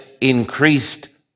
increased